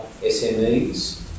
SMEs